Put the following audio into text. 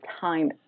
time